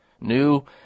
New